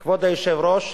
כבוד היושב-ראש,